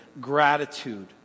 Gratitude